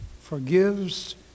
forgives